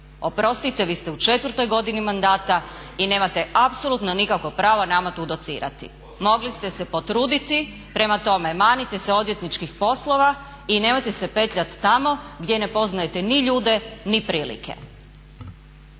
Oprostite, vi ste u četvrtoj godini mandata i nemate apsolutno nikakvo pravo nama tu docirati. Mogli ste se potruditi. Prema tome, manite se odvjetničkih poslova i nemojte se petljati tamo gdje ne poznajte ni ljude ni prilike.